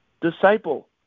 disciple